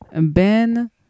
Ben